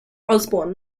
osborn